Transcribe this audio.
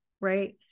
right